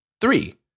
Three